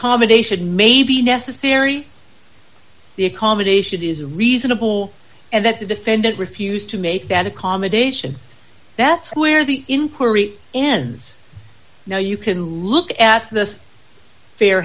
accommodation may be necessary the accommodation is reasonable and that the defendant refused to make that accommodation that's where the inquiry ends now you can look at the fair